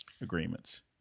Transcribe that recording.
agreements